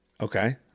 Okay